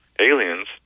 aliens